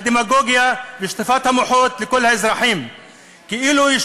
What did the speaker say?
הדמגוגיה ושטיפת המוחות לכל האזרחים כאילו יש